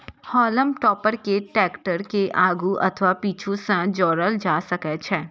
हाल्म टॉपर कें टैक्टर के आगू अथवा पीछू सं जोड़ल जा सकै छै